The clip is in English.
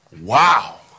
Wow